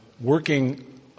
working